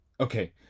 Okay